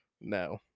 No